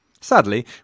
Sadly